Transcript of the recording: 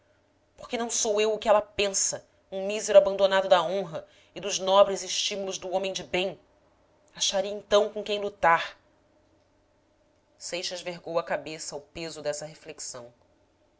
que não sou eu o que ela pensa um mísero abandonado da honra e dos nobres estímulos do homem de bem acharia então com quem lutar seixas vergou a cabeça ao peso dessa reflexão